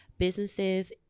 Businesses